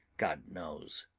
god knows!